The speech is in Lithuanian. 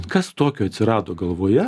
kas tokio atsirado galvoje